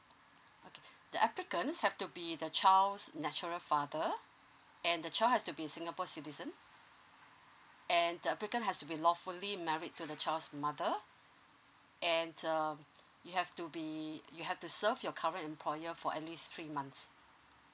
okay the applicants have to be the child's natural father and the child has to be singapore citizen and the applicant has to be lawfully married to the child's mother and uh you have to be you have to serve your current employer for at least three months